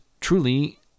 truly